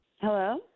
Hello